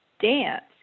dance